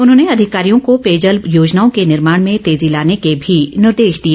उन्होंने अधिकारियों को पेयजल योजनाओं के निर्माण में तेजी लाने के भी निर्देश दिए